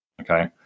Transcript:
Okay